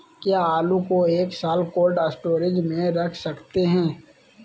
क्या आलू को एक साल कोल्ड स्टोरेज में रख सकते हैं?